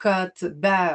kad be